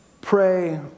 Pray